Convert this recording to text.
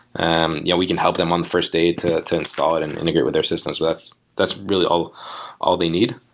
um yeah we can help them on the first day to to install it and integrate with their systems. that's that's really all all they need.